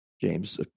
James